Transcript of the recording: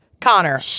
Connor